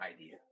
idea